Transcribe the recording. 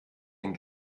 den